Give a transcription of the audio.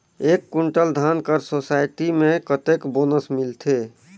एक कुंटल धान कर सोसायटी मे कतेक बोनस मिलथे?